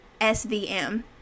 SVM